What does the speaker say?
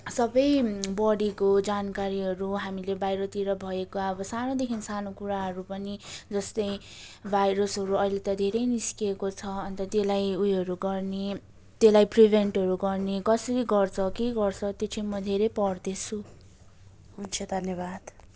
सबै बडीको जानकारीहरू हामीले बाहिरतिर भएको अब सानोदेखि सानो कुराहरू पनि जस्तै भाइरसहरू अहिले त धेरै निस्केको छ अन्त त्यसलाई उयोहरू गर्ने त्यसलाई प्रिभेन्टहरू गर्ने कसरी गर्छ के गर्छ त्यो चाहिँ म धेरै पढ्दैछु हुन्छ धन्यवाद